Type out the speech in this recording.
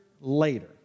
later